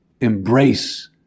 embrace